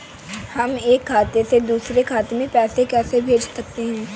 हम एक खाते से दूसरे खाते में पैसे कैसे भेज सकते हैं?